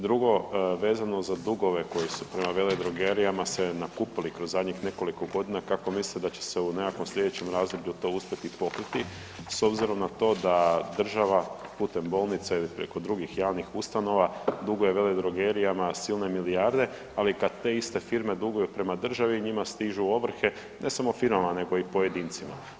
Drugo, vezano za dugove koji su prema veledrogerijama se nakupili kroz zadnjih nekoliko godina, kako mislite da će se u nekakvom slijedećem razdoblju to uspjeti pokriti s obzirom na to da država putem bolnica ili preko drugih javnih ustanova duguje veledrogerijama silne milijarde, ali kad te iste firme duguju prema državi njima stižu ovrhe, ne samo firmama nego i pojedincima.